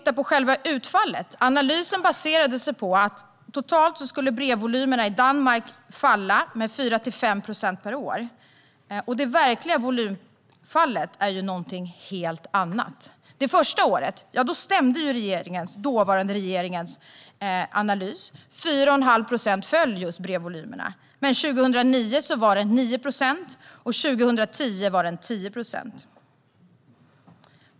Analysen baserade sig på att brevvolymerna i Danmark skulle falla med 4-5 procent per år. Det verkliga volymfallet blev ett helt annat. Det första året stämde den dåvarande regeringens analys, och brevvolymerna föll med 4,5 procent. Men 2009 föll de med 9 procent och 2010 med 10 procent.